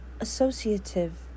Associative